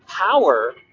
Power